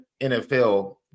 NFL